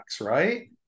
right